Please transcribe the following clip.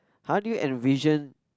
how do you envision